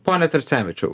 pone tracevičiau